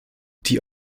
die